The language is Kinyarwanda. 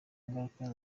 ngaruka